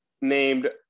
named